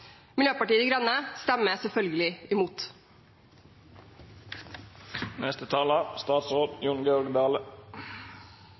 Miljøpartiet De Grønne stemmer selvfølgelig imot.